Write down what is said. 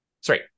Sorry